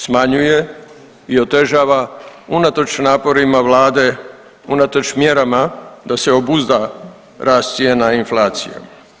Smanjuje i otežava unatoč naporima vlade unatoč mjerama da se obuzda rast cijena i inflacija.